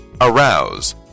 arouse